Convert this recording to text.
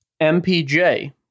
MPJ